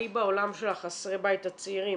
אני בעולם של חסרי הבית הצעירים,